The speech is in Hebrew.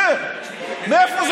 ואומר: ראש הממשלה שקרן, על סמך מה?